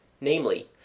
namely